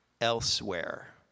elsewhere